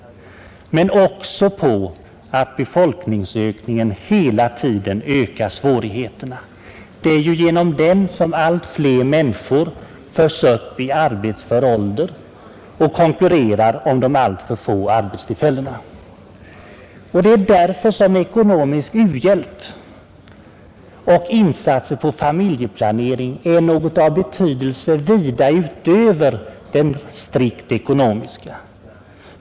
Men arbetslösheten beror också på att befolkningsökningen hela tiden stegrar svårigheterna. Det är ju på grund av den som allt fler människor föds och kommer upp i arbetsför ålder och konkurrerar om de alltför få arbetstillfällena. Därför är ekonomisk u-hjälp, och inte minst insatser för familjeplanering, en hjälp åt u-ländernas folk av betydelse vida utöver vad som gäller den strikt ekonomiska tillväxten.